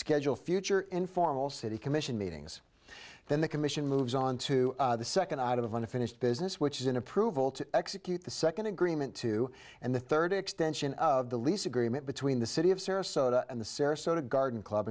schedule future informal city commission meetings then the commission moves on to the second out of unfinished business which is in approval to execute the second agreement two and the third extension of the lease agreement between the city of sarasota and the sarasota garden club